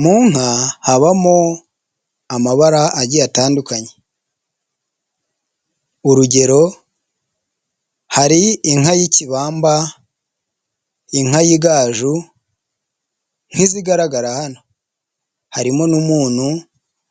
Mu nka habamo amabara agiye atandukanye, urugero hari inka y'ikibamba, inka y'igaju nk'izigaragara hano, harimo n'umuntu